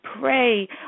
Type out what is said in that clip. pray